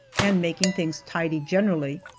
and making things tidy generally.